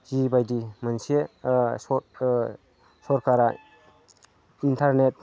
जिबायदि मोनसे सरखारा इन्टारनेट